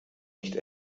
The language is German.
nicht